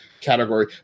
category